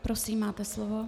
Prosím, máte slovo.